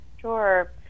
Sure